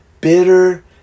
Bitter